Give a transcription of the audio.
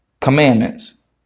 commandments